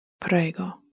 prego